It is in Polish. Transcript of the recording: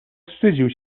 wstydził